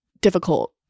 difficult